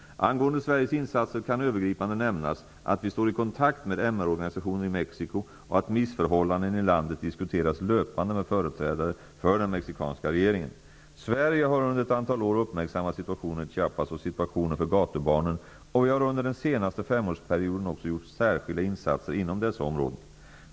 Angående Sveriges insatser kan övergripande nämnas att vi står i kontakt med MR-organisationer i Mexico och att missförhållanden i landet diskuteras löpande med företrädare för den mexikanska regeringen. Sverige har under ett antal år uppmärksammat situationen i Chiapas och situationen för gatubarnen. Vi har under den senaste femårsperioden också gjort särskilda insatser inom dessa områden.